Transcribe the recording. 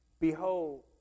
Behold